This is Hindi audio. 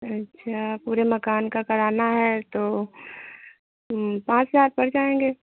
अच्छा पूरे मकान का कराना है तो पाँच हजार पड़ जाएंगे